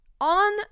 on